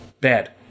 bad